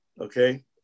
Okay